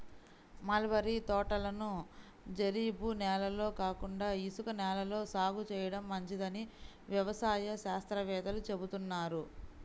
mulberry తోటలను జరీబు నేలల్లో కాకుండా ఇసుక నేలల్లో సాగు చేయడం మంచిదని వ్యవసాయ శాస్త్రవేత్తలు చెబుతున్నారు